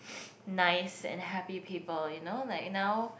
nice and happy people you know like now